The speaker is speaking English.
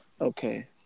okay